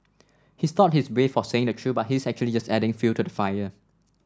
he thought he's brave for saying the truth but he's actually just adding fuel to the fire